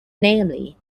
namely